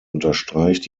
unterstreicht